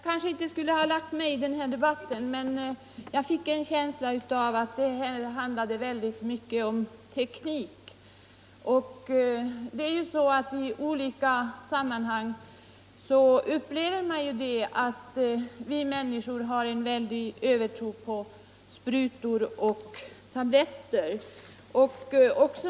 Herr talman! Jag kanske inte skulle lägga mig i denna debatt, men jag fick en känsla av att det här handlade mycket om teknik. I olika sammanhang upplever man att vi människor har en väldig övertro på sprutor och tabletter.